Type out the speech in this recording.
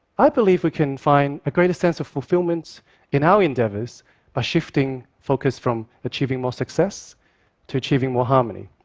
i believe we can find a greater sense of fulfillment in our endeavors by shifting focus from achieving more success to achieving more harmony.